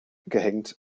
gehängt